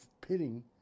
pitting